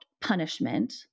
punishment